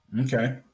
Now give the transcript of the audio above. Okay